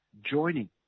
joining